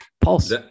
pulse